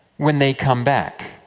when they come back,